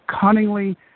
cunningly